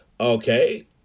okay